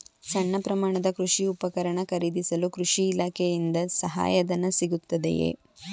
ಸಣ್ಣ ಪ್ರಮಾಣದ ಕೃಷಿ ಉಪಕರಣ ಖರೀದಿಸಲು ಕೃಷಿ ಇಲಾಖೆಯಿಂದ ಸಹಾಯಧನ ಸಿಗುತ್ತದೆಯೇ?